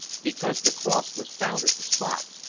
because the cross was found at the spot,